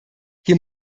hier